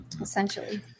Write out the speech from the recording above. essentially